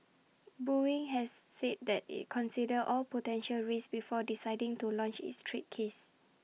boeing has said IT considered all potential risks before deciding to launch its trade case